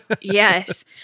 Yes